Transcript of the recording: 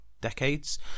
decades